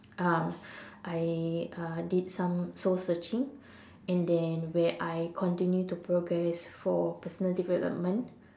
um I uh did some soul searching and then where I continue to progress for personal development